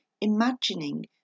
imagining